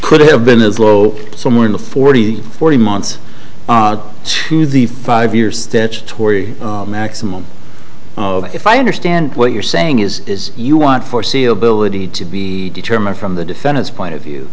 could have been as low somewhere in the forty forty months to the five year statutory maximum of if i understand what you're saying is you want foreseeability to be determined from the defendant's point of view